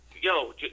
Yo